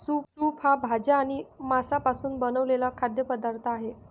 soup हा भाज्या आणि मांसापासून बनवलेला खाद्य पदार्थ आहे